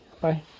Bye